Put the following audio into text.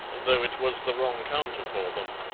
though it was the wrong counter for them.